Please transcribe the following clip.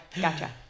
Gotcha